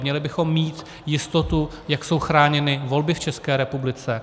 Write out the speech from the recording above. Měli bychom mít jistotu, jak jsou chráněny volby v České republice.